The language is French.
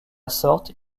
sorte